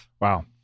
Wow